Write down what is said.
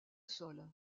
sol